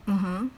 (uh huh)